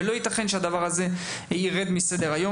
ולא ייתכן שהדבר הזה ירד מסדר היום.